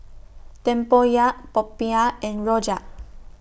Tempoyak Popiah and Rojak